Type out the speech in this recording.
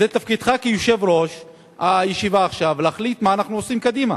זה תפקידך כיושב-ראש הישיבה עכשיו להחליט מה אנחנו עושים קדימה.